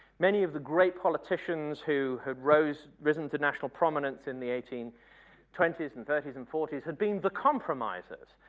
many of the great politicians who have rose risen to national prominence in the eighteen twenty s and thirty s and forty s, had been the compromisers.